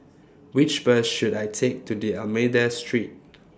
Which Bus should I Take to D'almeida Street